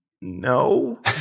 no